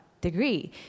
degree